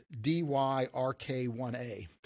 DYRK1A